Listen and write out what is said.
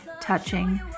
touching